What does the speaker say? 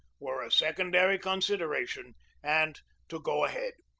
were a secondary consideration and to go ahead.